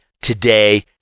today